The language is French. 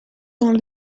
dans